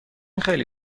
خیلی